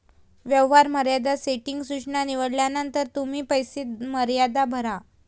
व्यवहार मर्यादा सेटिंग सूचना निवडल्यानंतर तुम्ही पैसे मर्यादा भरा